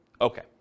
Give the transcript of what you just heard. Okay